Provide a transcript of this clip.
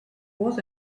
was